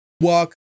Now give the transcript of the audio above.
walk